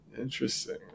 Interesting